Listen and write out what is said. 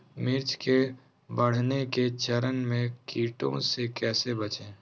मिर्च के बढ़ने के चरण में कीटों से कैसे बचये?